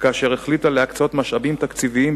כאשר החליטה להקצות משאבים תקציביים,